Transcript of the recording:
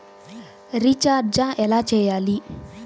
Recharge ఎలా చెయ్యాలి?